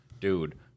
Dude